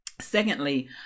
Secondly